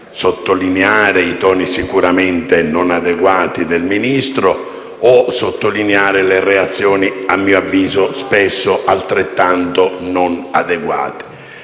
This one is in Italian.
sottolineare i toni, sicuramente non adeguati del Ministro, o sottolineare le reazioni, a mio avviso, spesso altrettanto non adeguate.